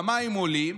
המים עולים,